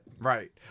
right